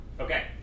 Okay